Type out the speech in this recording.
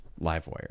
LiveWire